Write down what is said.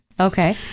Okay